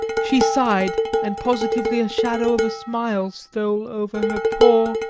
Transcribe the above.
she sighed and positively a shadow of a smile stole over her poor,